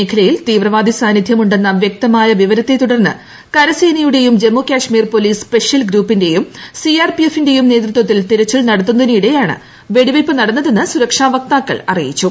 മേഖലയിൽ തീവ്രവാദി സാന്നിധ്യം ഉണ്ടെന്ന വ്യക്തമായ വിവരത്തെ തുടർന്ന് കരസേനയുടെയും Jammu Kashmir police special ഗ്രൂപ്പിന്റെയും C R P എഫിന്റെയും നേതൃത്വത്തിൽ തെരച്ചിൽ നടത്തുന്നതിനിടെയാണ് വെടിവെയ്പ്പ് നടന്നതെന്ന് സുരക്ഷാ വക്താക്കൾ അറിയിച്ചു